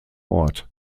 ort